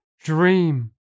Dream